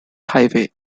highway